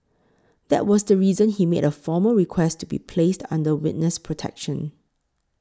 that was the reason he made a formal request to be placed under witness protection